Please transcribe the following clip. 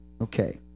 okay